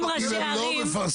אם ראשי הערים.